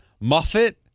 Muffet